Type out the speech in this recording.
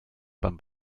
beim